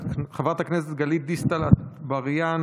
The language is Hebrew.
חברת הכנסת גלית דיסטל אטבריאן,